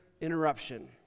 interruption